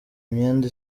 imyenda